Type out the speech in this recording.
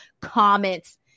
comments